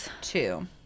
two